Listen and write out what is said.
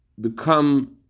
become